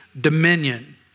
dominion